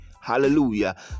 Hallelujah